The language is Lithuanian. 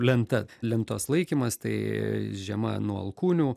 lenta lentos laikymas tai žema nuo alkūnių